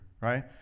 right